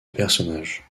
personnage